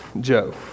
joe